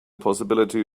possibility